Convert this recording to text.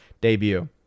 debut